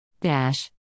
Dash